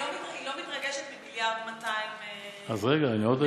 אני אגיד לך, היא לא מתרגשת מ-1.36 מיליארד